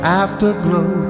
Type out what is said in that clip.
afterglow